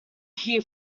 here